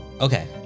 Okay